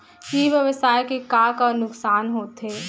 ई व्यवसाय के का का नुक़सान होथे?